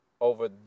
over